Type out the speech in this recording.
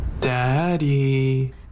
Daddy